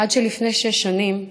עד שלפני שש שנים האב,